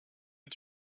est